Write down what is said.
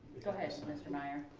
go ahead, mr. meyer.